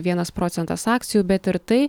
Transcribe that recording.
vienas procentas akcijų bet ir tai